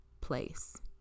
place